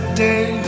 day